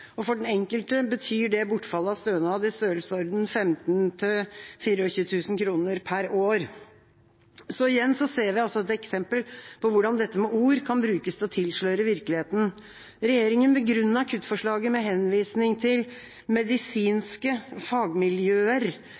og for den enkelte betyr det bortfall av stønad i størrelsesorden 15 000–24 000 kr per år. Igjen ser vi et eksempel på hvordan dette med ord kan brukes til å tilsløre virkeligheten. Regjeringa begrunnet kuttforslaget med henvisning til «medisinske fagmiljøer»,